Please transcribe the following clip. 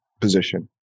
position